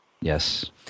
Yes